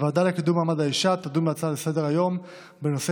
והוועדה לקידום מעמד האישה תדון בהצעה לסדר-היום של